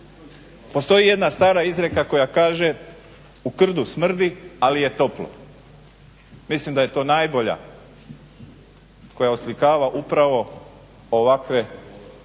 Postoji jedna stara izreka koja kaže "U krdu smrdi, ali je toplo!" Mislim da je to najbolja koja oslikava upravo ovakve